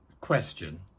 question